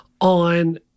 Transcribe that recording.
on